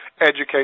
education